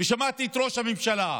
ושמעתי את ראש הממשלה,